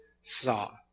saw